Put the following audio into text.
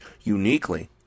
uniquely